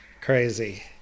crazy